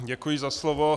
Děkuji za slovo.